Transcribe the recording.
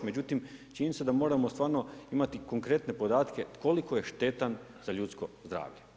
Međutim, čini mi se da moramo stvarno imati konkretne podatke koliko je štetan za ljudsko zdravlje.